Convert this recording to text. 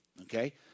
Okay